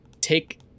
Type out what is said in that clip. take